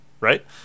right